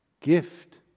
gift